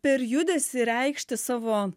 per judesį reikšti savo